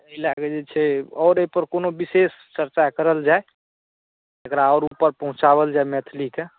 एहि लए कऽ जे छै आओर एहिपर कोनो विशेष चर्चा करल जाय एकरा आओर ऊपर पहुँचाओल जाय मैथिलीकेँ